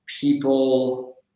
people